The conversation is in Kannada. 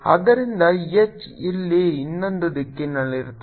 ಆದ್ದರಿಂದ H ಇಲ್ಲಿ ಇನ್ನೊಂದು ದಿಕ್ಕಿನಲ್ಲಿರುತ್ತದೆ